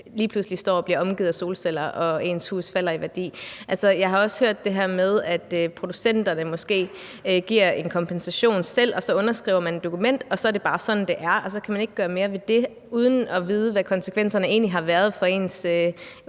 lige pludselig står og bliver omgivet af solceller og ens hus falder i værdi. Jeg har også hørt det her med, at producenterne måske giver en kompensation selv, og så underskriver man et dokument, og så er det bare sådan, det er, og så kan man ikke gøre mere ved det – uden at vide, hvad konsekvenserne egentlig har været for ens hus,